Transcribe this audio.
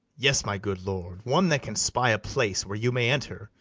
yes, my good lord, one that can spy a place where you may enter,